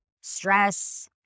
stress